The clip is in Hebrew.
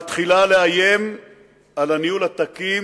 מתחילה לאיים על הניהול התקין